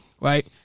Right